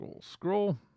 scroll